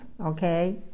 okay